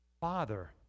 father